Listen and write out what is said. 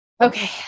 Okay